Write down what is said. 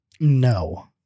No